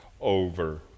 over